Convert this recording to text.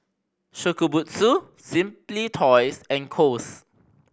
Shokubutsu Simply Toys and Kose